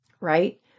right